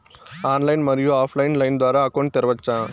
Online, మరియు offline line ద్వారా account తెరవచ్చా?